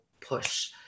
push